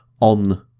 on